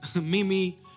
Mimi